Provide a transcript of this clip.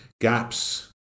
gaps